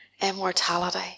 immortality